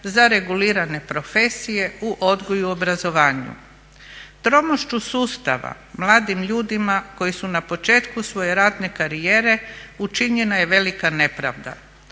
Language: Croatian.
za regulirane profesije u odgoju i obrazovanju. Tromošću sustava mladim ljudima koji su na početku svoje ratne karijere učinjena je velika nepravda.